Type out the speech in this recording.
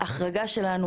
ההחרגה שלנו,